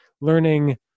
learning